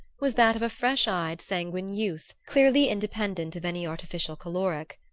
was that of a fresh-eyed sanguine youth clearly independent of any artificial caloric.